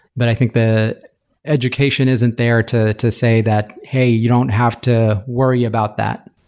but i think the education isn't there to to say that, hey, you don't have to worry about that.